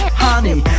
honey